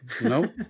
no